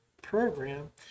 program